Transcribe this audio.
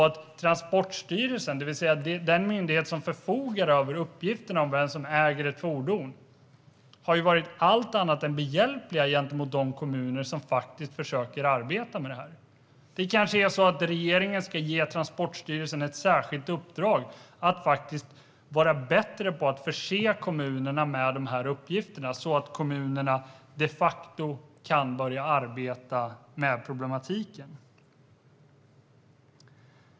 Transportstyrelsen, det vill säga den myndighet som förfogar över uppgifterna om vem som äger ett fordon, har varit allt annat än behjälplig gentemot de kommuner som försöker arbeta med det här. Regeringen kanske ska ge Transportstyrelsen ett särskilt uppdrag om att bli bättre på att förse kommunerna med de uppgifterna, så att de kan börja arbeta med problematiken.